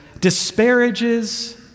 disparages